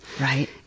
right